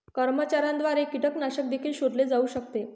कॅमेऱ्याद्वारे कीटकनाशक देखील शोधले जाऊ शकते